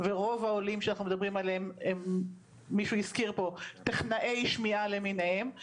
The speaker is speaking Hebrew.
ורוב העולים שאנחנו מדברים עליהם הם טכנאי שמיעה למיניהם,